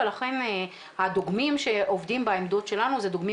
ולכן הדוגמים שעובדים בעמדות שלנו זה דוגמים